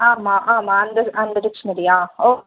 ஆமாம் ஆமாம் அந்த இது அந்த டிக்ஷனரியா ஓ